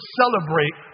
celebrate